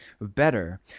better